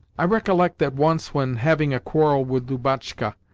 i recollect that once, when having a quarrel with lubotshka,